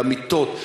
למיטות,